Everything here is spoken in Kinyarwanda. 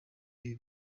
ibi